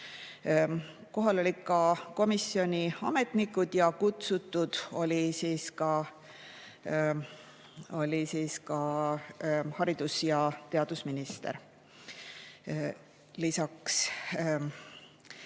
Kohal olid ka komisjoni ametnikud ja kutsutud olid haridus- ja teadusminister ning